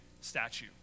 statue